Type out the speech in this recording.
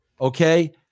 okay